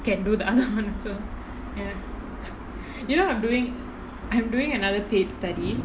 can do the other one also you know what I'm doing I'm doing another paid study